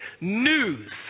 news